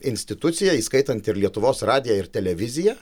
institucija įskaitant ir lietuvos radiją ir televiziją